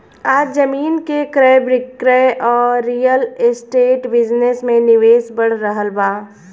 आज जमीन के क्रय विक्रय आ रियल एस्टेट बिजनेस में निवेश बढ़ रहल बा